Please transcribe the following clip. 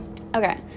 Okay